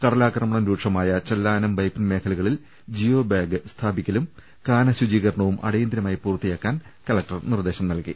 കടലാക്രമണം രൂക്ഷമായ് ചെല്ലാനം വൈപ്പിൻ മേഖലകളിൽ ജിയോബാഗ് സ്ഥാപിക്കലും കാന ശുചീകരണവും അടിയന്തിരമായി പൂർത്തിയാക്കാൻ കലക്ടർ നിർദ്ദേശിച്ചു